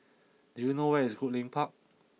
do you know where is Goodlink Park